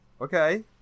Okay